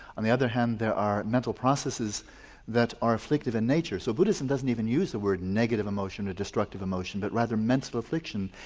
on the other hand there are mental processes that are afflictive in nature, so buddhism doesn't even use the word negative emotion or destructive emotion but rather mental affliction.